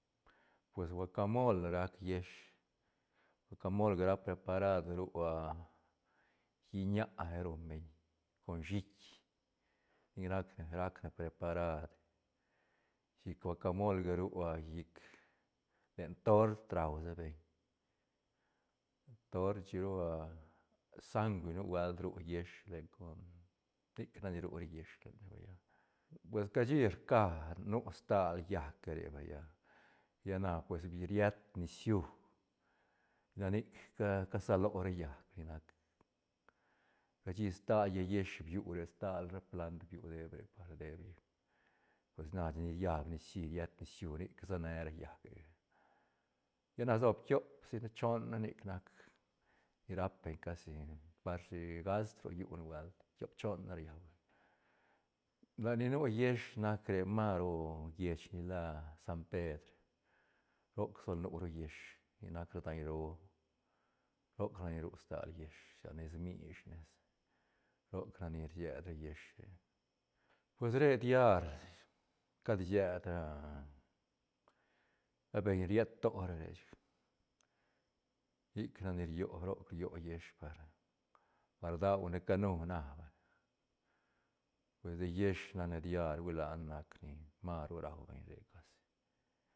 Pues guacamol rac yiësh guacamol ga rac preparar ru ah lliñ ña rumbeñ con shiit ni rac ne- rac ne preparad chic guacamol ga ru a llic len tort rausa beñ tort chic ru ah sanwui nubuelt ru yiësh len con nic nac ni ru ra yiësh lene vaya pues cashi rca nu stal llaäc ga re vaya lla na pues bi riet nisiú ra nit ca- casaló ra llaäc ni nac cashi stal llaä yiësh biu re stal ra plant biu deb re par de lleich pues na chine riab nicií riet nisiú nic se ne ra llaägega lla na sob tiop si ne choon ne nic nac ni rap beñ casi par si gast ro llú nubuelt tiop choon ne ruiau beñ lat ni nu yiësh nac re mas ru lleich ni la san pedr roc sol nu ra yiësh ni nac ra daiñ roo roc rac nu ru stal yiësh sa nes mish nes roc nac ni sied ra yiësh re pues re diar cad sied ra- ra beñ ni riet to ra re chic sic nac ni rio roc rio yiësh par- par rdaune canu na vay pues de yiësh nac ne diari hui la ne nac ni mas ru rau beñ re casi